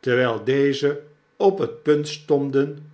terwyl dezen op het punt stonden